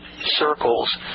circles